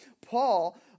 Paul